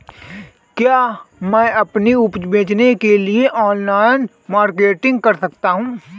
क्या मैं अपनी उपज बेचने के लिए ऑनलाइन मार्केटिंग कर सकता हूँ?